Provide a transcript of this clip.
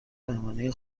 مهمانی